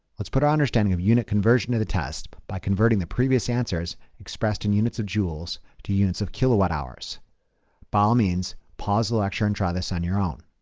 let's put our understanding of unit conversion to the test by converting the previous answers expressed in units of joules, two units of kilowatt-hours. by all means, pause the lecture and try this on your own.